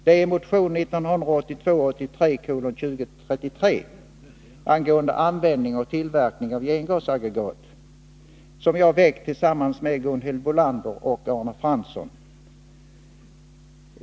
Det gäller motion 1982/83:2033 angående användning och tillverkning av gengasaggregat, vilken jag väckt tillsammans med Gunhild Bolander och Arne Fransson.